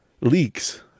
leaks